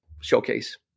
showcase